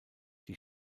die